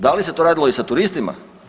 Da li se to radilo i sa turistima?